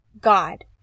God